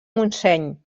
montseny